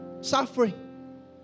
suffering